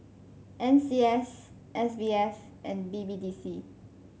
N C S S B F and B B D C